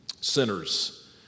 sinners